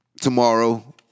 tomorrow